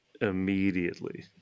immediately